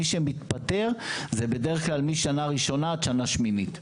מי שמתפטר זה בדרך כלל משנה ראשונה עד שנה שמינית.